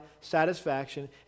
satisfaction